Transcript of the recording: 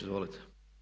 Izvolite.